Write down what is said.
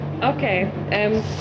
Okay